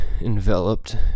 enveloped